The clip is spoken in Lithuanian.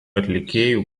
atlikėjų